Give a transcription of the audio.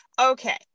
Okay